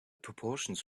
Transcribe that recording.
proportions